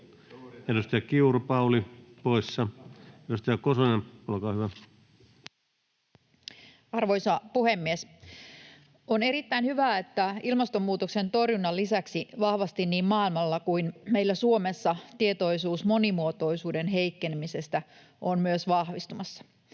Edustaja Kiuru, Pauli poissa. — Edustaja Kosonen, olkaa hyvä. Arvoisa puhemies! On erittäin hyvä, että ilmastonmuutoksen torjunnan lisäksi vahvasti niin maailmalla kuin meillä Suomessa myös tietoisuus monimuotoisuuden heikkenemisestä on vahvistumassa.